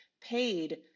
paid